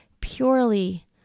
purely